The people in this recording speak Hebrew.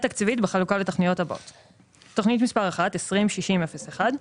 תוכנית מס' 5, 20-6501: